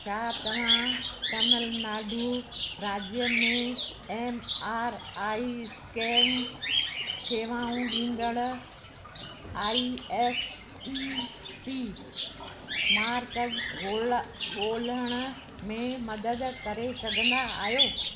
छा तव्हां तमिलनाडु राज्य में एम आर आई स्कैन शेवाऊं ॾींदड़ आई एस ई सी मर्कज़ु ॻोल्ह ॻोल्हण में मदद करे सघंदा आहियो